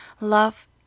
love